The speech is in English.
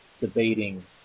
debating